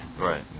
Right